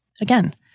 Again